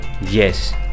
Yes